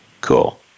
Cool